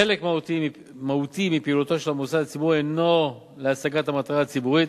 חלק מהותי מפעילותו של המוסד הציבורי אינו להשגת המטרה הציבורית,